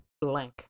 Blank